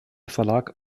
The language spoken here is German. verlag